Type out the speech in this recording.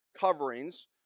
coverings